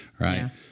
Right